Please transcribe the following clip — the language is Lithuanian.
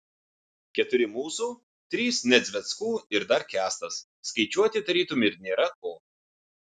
keturi mūsų trys nedzveckų ir dar kęstas skaičiuoti tarytum ir nėra ko